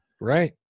Right